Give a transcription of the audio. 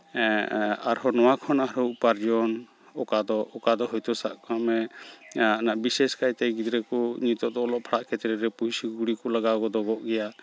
ᱟᱨᱦᱚᱸ ᱱᱚᱣᱟ ᱠᱷᱚᱱ ᱟᱨᱦᱚᱸ ᱩᱯᱟᱨᱡᱚᱱ ᱚᱠᱟ ᱫᱚ ᱚᱠᱟ ᱫᱚ ᱦᱳᱭᱛᱳ ᱥᱟᱵ ᱠᱟᱜ ᱢᱮ ᱚᱱᱟ ᱵᱤᱥᱮᱥ ᱠᱟᱭᱛᱮ ᱜᱤᱫᱽᱨᱟᱹ ᱠᱚ ᱱᱤᱛᱳᱜ ᱫᱚ ᱚᱞᱚᱜ ᱯᱟᱲᱦᱟᱜ ᱠᱷᱮᱛᱨᱮ ᱨᱮ ᱯᱩᱭᱥᱟᱹ ᱠᱩᱲᱤ ᱠᱚ ᱞᱟᱜᱟᱣ ᱜᱚᱫᱚᱜᱚᱜ ᱜᱮᱭᱟ